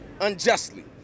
unjustly